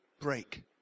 break